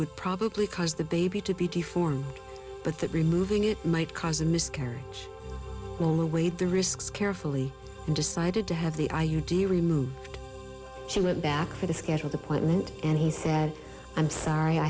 would probably cause the baby to be deformed but that removing it might cause a miscarriage or wait the risks carefully and decided to have the i u d removed she went back for the scheduled appointment and he said i'm sorry i